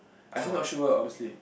I also not sure honestly